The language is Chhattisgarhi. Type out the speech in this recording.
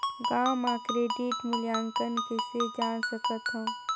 गांव म क्रेडिट मूल्यांकन कइसे जान सकथव?